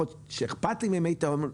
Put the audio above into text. שאכפת לי ממי תהום,